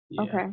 Okay